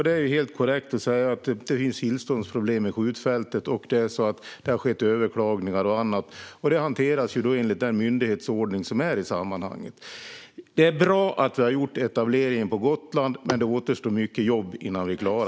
Det är helt korrekt att säga att det finns tillståndsproblem med skjutfältet och att det har skett överklaganden och annat. Detta hanteras enligt den myndighetsordning som råder i sammanhanget. Det är bra att vi har gjort etableringen på Gotland, men det återstår mycket jobb innan vi är klara.